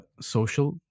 social